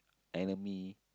enemy